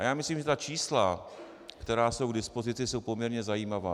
A myslím, že ta čísla, která jsou k dispozici, jsou poměrně zajímavá.